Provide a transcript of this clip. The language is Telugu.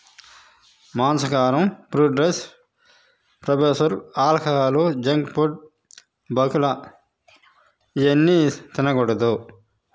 మాంసాహారం ఫ్రైడ్ రైస్ ప్రొఫెసర్ ఆల్కహాల్ జంక్ ఫుడ్ బకుల ఇవి అన్నీ తినకూడదు